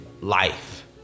Life